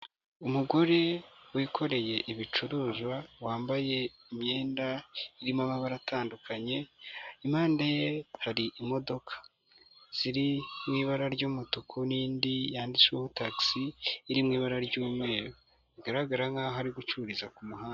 Umugore wikoreye ibicuruzwa wambaye imyenda irimo amabara atandukanye, impande ye hari imodoka ziri mu ibara ry'umutuku n'indi yanditsweho tagisi iri mu ibara ry'umweru, bigaragara nkaho ari gucururiza ku muhanda.